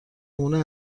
نمونه